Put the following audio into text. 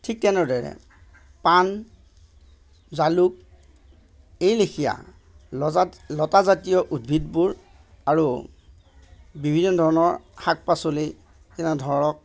ঠিক তেনেদৰে পাণ জালুক এইলেখীয়া লজাত লতাজাতীয় উদ্ভিদবোৰ আৰু বিভিন্ন ধৰণৰ শাক পাচলি যেনে ধৰক